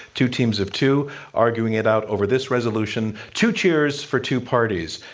two teams of two arguing it out over this resolution two cheers for two parties.